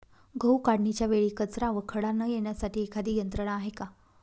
गहू काढणीच्या वेळी कचरा व खडा न येण्यासाठी एखादी यंत्रणा आहे का?